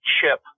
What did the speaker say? chip